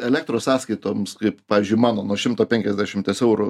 elektros sąskaitoms ir pavyzdžiui mano nuo šimto penkiasdešimties eurų